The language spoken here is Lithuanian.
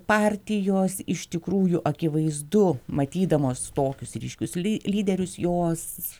partijos iš tikrųjų akivaizdu matydamos tokius ryškius lyderius jos